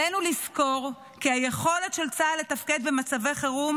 עלינו לזכור כי היכולת של צה"ל לתפקד במצבי חירום